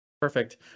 Perfect